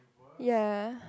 ya